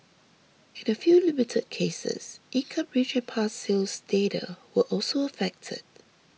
in a few limited cases income range and past sales data were also affected